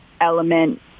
element